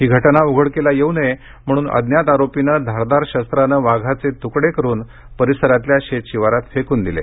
ही घटना उघडकीस येऊ नये म्हणून अज्ञात आरोपीनं धारदार शस्त्रानं वाघाचे तुकडे करून परिसरातील शेतशिवारात फेकून दिले